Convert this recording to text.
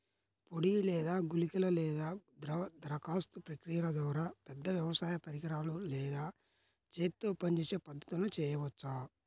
పొడి లేదా గుళికల లేదా ద్రవ దరఖాస్తు ప్రక్రియల ద్వారా, పెద్ద వ్యవసాయ పరికరాలు లేదా చేతితో పనిచేసే పద్ధతులను చేయవచ్చా?